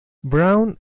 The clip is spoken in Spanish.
brown